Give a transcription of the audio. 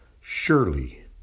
surely